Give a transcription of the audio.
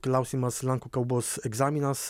klausimas lenkų kalbos egzaminas